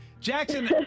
Jackson